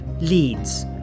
leads